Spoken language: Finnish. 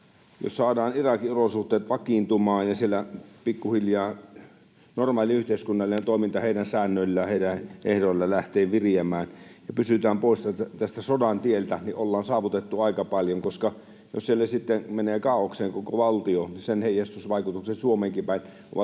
jos saadaan Irakin olosuhteet vakiintumaan ja siellä pikkuhiljaa normaali yhteiskunnallinen toiminta heidän säännöillään, heidän ehdoillaan lähtee viriämään ja pysytään pois sodan tieltä, niin ollaan saavutettu aika paljon, koska jos siellä sitten menee kaaokseen koko valtio, niin sen heijastusvaikutukset Suomeenkin päin ovat